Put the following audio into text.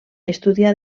estudià